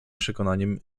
przekonaniem